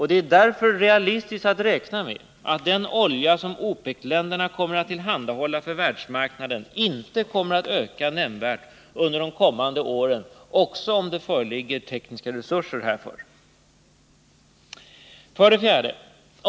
Det är därför realistiskt att räkna med att den olja som OPEC-länderna kommer att tillhandahålla för världsmarknaden inte kommer att öka nämnvärt under de kommande åren, även om det föreligger tekniska resurser härför. 4.